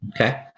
okay